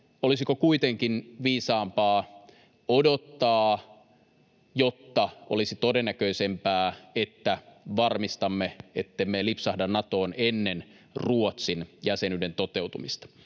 olisiko kuitenkin viisaampaa odottaa, jotta olisi todennäköisempää, että varmistamme, ettemme lipsahda Natoon ennen Ruotsin jäsenyyden toteutumista.